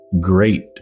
great